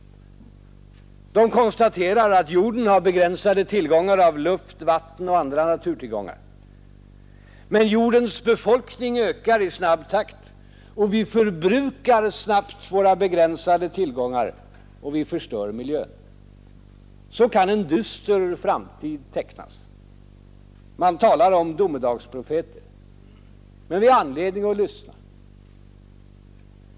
De konstaterar att jorden har begränsade tillgångar av luft, vatten och andra naturtillgångar. Men jordens befolkning ökar i snabb takt, och vi förbrukar snabbt våra begränsade tillgångar och förstör miljön. Så kan en dyster framtid tecknas. Man talar om domedagsprofeter. Men vi har anledning att lyssna.